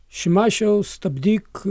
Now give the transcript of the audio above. šimašiau stabdyk